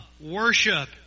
worship